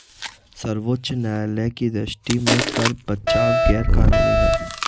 सर्वोच्च न्यायालय की दृष्टि में कर बचाव गैर कानूनी है